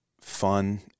fun